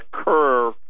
occur